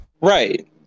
right